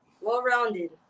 Well-rounded